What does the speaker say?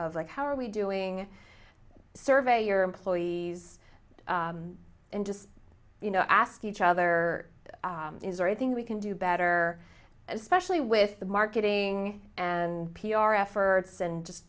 of like how are we doing survey your employees and just you know ask each other is there anything we can do better especially with the marketing and p r efforts and just